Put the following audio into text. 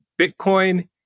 Bitcoin